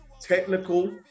technical